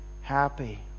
happy